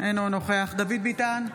אינו נוכח דוד ביטן,